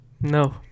No